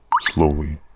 slowly